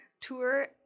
tour